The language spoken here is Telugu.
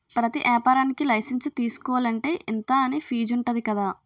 ప్రతి ఏపారానికీ లైసెన్సు తీసుకోలంటే, ఇంతా అని ఫీజుంటది కదా